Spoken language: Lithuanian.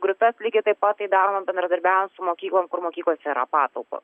grupes lygiai taip pat tai daroma bendradarbiaujant su mokyklom kur mokyklose yra patalpos